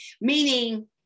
meaning